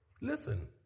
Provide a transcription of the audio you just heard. Listen